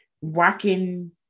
working